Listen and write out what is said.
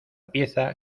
pieza